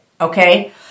Okay